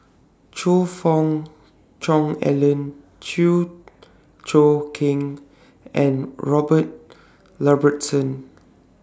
Choe Fook Cheong Alan Chew Choo Keng and Robert